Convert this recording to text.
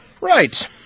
Right